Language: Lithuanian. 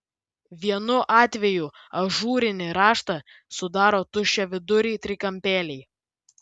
vienu atvejų ažūrinį raštą sudaro tuščiaviduriai trikampėliai